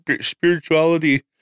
spirituality